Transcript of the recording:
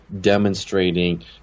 demonstrating